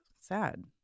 sad